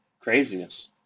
craziness